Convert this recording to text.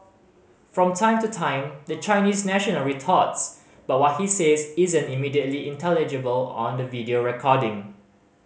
from time to time the Chinese national retorts but what he says isn't immediately intelligible on the video recording